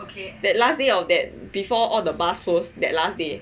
that last day of that before all the bars close that last day